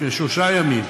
לפני שלושה ימים,